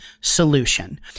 solution